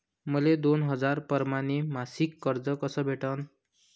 मले दोन हजार परमाने मासिक कर्ज कस भेटन?